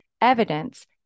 evidence